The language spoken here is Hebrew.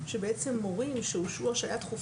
בגדול אנחנו נגיד שמבחינת המשרד ישנה תמיכה